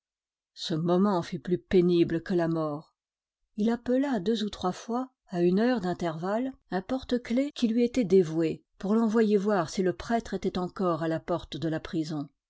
ce moment fut plus pénible que la mort il appela deux ou trois fois à une heure d'intervalle un porte-clefs qui lui était dévoué pour l'envoyer voir si le prêtre était encore à la porte de la prison